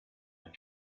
and